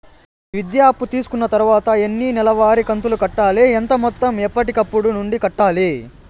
ఈ విద్యా అప్పు తీసుకున్న తర్వాత ఎన్ని నెలవారి కంతులు కట్టాలి? ఎంత మొత్తం ఎప్పటికప్పుడు నుండి కట్టాలి?